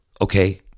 okay